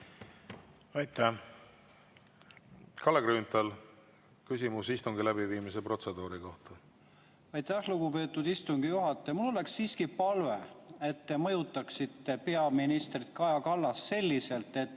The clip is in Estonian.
Aitäh! Kalle Grünthal, küsimus istungi läbiviimise protseduuri kohta. Aitäh, lugupeetud istungi juhataja! Mul oleks palve, et te mõjutaksite peaminister Kaja Kallast selliselt, et